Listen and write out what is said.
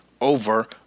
over